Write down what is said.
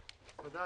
תודה,